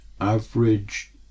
average